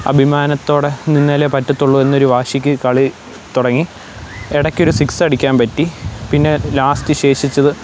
അഭിമാനത്തോടെ നിന്നാലേ പറ്റുള്ളൂ എന്നൊരു വാശിക്ക് കളി തുടങ്ങി ഇടയ്ക്കൊരു സിക്സ് അടിക്കാൻ പറ്റി പിന്നെ ലാസ്റ്റ് ശേഷിച്ചത്